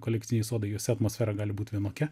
kolektyviniai sodai juose atmosfera gali būt vienokia